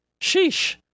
sheesh